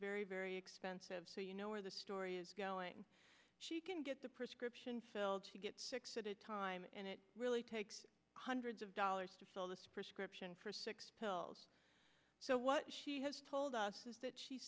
very very expensive so you know where the story is going she can get the prescription filled she gets six at a time and it really takes hundreds of dollars to fill this prescription for six pills so what she has told us is that she